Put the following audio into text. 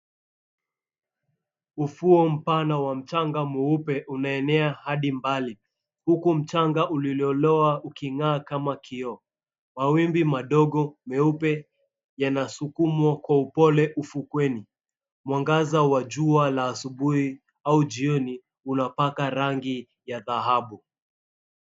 Ufuo mpana wa mchanga mweupe umeenea hadi mbali huku mchanga uliolowa uking'aa kama kioo. Mawimbi madogo meupe yanasukumwa kwa upole ufukweni. Mwangaza wa jua la asubuhi au jioni unapaka rangi ya dhahabu.